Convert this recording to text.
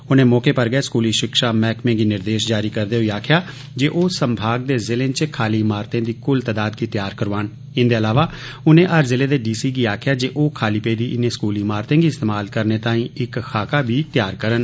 उनें मौके पर गै स्कूली षिक्षा मैह्कमें गी निर्देष जारी करदे होई आक्खेआ जे ओह संभाग दे ज़िलें च खाली ईमारतें दी कुल तदाद गी तैयार करोआन इन्दे अलावा उनें हर ज़िले दे डी सी गी आक्खेआ जे ओह् खाली पेदी इनें स्कूली ईमारतें गी इस्तेमाल करने तांई इक्क खाका भी तैयार करन